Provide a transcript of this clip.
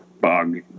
bug